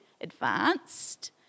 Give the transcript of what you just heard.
advanced